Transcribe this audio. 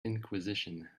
inquisition